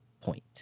point